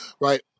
Right